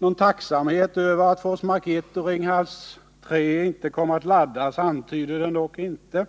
Någon tacksamhet över att Forsmark 1 och Ringhals 3 inte kom att laddas antyder den dock inte.